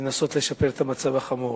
לנסות לשפר את המצב החמור.